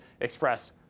express